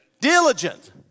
Diligent